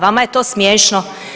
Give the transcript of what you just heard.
Vama je to smiješno?